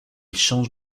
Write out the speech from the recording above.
change